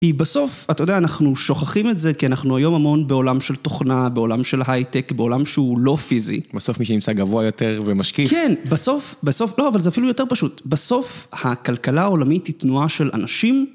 היא בסוף, אתה יודע, אנחנו שוכחים את זה כי אנחנו היום המון בעולם של תוכנה, בעולם של היי-טק, בעולם שהוא לא פיזי. בסוף מי שנמצא גבוה יותר ומשקיע. כן, בסוף, בסוף, לא, אבל זה אפילו יותר פשוט. בסוף, הכלכלה העולמית היא תנועה של אנשים.